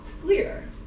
clear